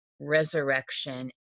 resurrection